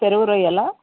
చెరువు రొయ్యలా